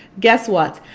guess what?